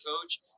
coach